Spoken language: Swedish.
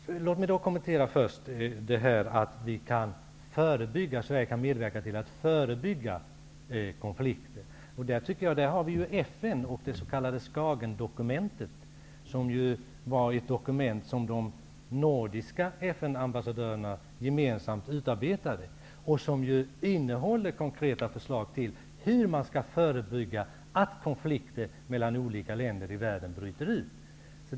Låt mig först kommentera det som sades om att Sverige kan medverka till att förebygga konflikter. Där finns FN och det s.k. Skagendokumentet. Det var ett dokument som de nordiska FN-ambassadörerna gemensamt utarbetade. Det innehåller konkreta förslag till hur man skall förebygga att konflikter mellan olika länder i världen bryter ut.